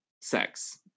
sex